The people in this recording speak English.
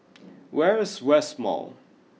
where is West Mall